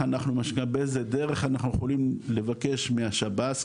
באיזה דרך אנחנו יכולים לבקש משב"ס,